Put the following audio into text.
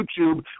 YouTube